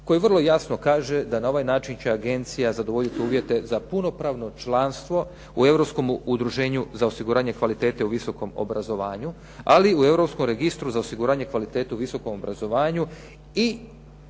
koji vrlo jasno kaže da na ovaj način će agencija zadovoljiti uvjete za punopravno članstvo u europskom udruženju za osiguranje kvalitete u visokom obrazovanju ali u europskom registru za osiguranje kvalitete u visokom obrazovanju. I mislim